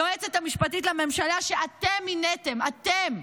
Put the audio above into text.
היועצת המשפטית לממשלה, שאתם מיניתם, אתם,